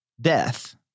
death